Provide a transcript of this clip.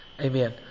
Amen